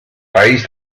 país